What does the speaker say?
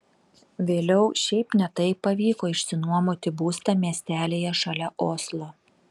vėliau šiaip ne taip pavyko išsinuomoti būstą miestelyje šalia oslo